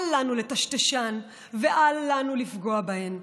אל לנו לטשטשן ואל לנו לפגוע בהן.